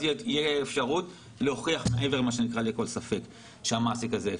תהיה אפשרות להוכיח מעבר לכל ספק שהמעסיק הזה הפר.